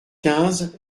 quinze